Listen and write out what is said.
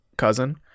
cousin